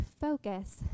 focus